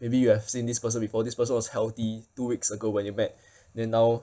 maybe you have seen this person before this person was healthy two weeks ago when you met then now